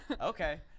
okay